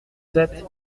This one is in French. sept